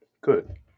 Good